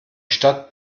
stadt